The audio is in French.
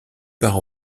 par